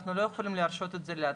אנחנו לא יכולים להרשות את זה לעצמנו.